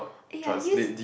eh I use